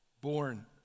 born